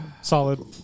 Solid